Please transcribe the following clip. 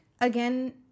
again